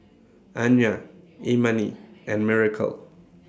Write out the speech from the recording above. Anya Imani and Miracle